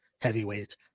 Heavyweight